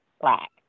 black